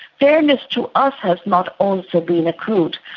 fairness to us has not also been accrued.